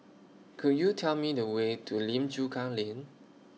Could YOU Tell Me The Way to Lim Chu Kang Lane